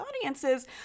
audiences